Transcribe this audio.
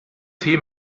tee